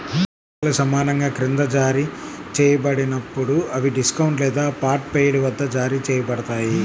వాటాలు సమానంగా క్రింద జారీ చేయబడినప్పుడు, అవి డిస్కౌంట్ లేదా పార్ట్ పెయిడ్ వద్ద జారీ చేయబడతాయి